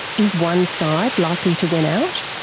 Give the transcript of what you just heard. is one side likely to win out?